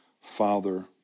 Father